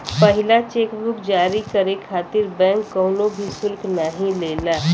पहिला cheque book जारी करे खातिर बैंक कउनो भी शुल्क नाहीं लेला